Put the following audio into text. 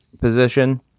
position